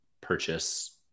purchase